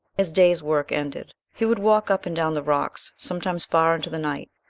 his day's work ended, he would walk up and down the rocks, sometimes far into the night,